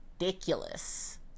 ridiculous